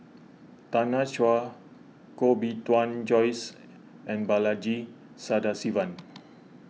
Tanya Chua Koh Bee Tuan Joyce and Balaji Sadasivan